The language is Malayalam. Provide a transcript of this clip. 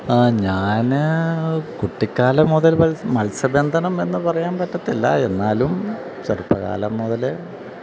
ഞാന് കുട്ടിക്കാലം മുതൽ മത്സ്യബന്ധനമെന്ന് പറയാൻ പറ്റില്ല എന്നാലും ചെറുപ്പകാലം മുതല്